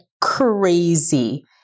crazy